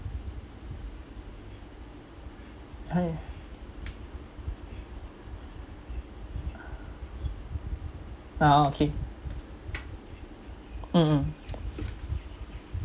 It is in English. !haiya! ah okay mm mm